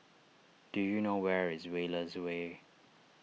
do you know where is Wallace Way